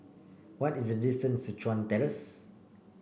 what is the distance to Chuan Terrace